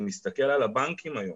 אני מסתכל על הבנקים היום